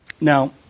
Now